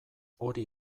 hori